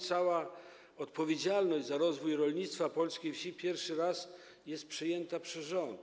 Cała odpowiedzialność za rozwój rolnictwa polskiej wsi pierwszy raz jest przyjęta przez rząd.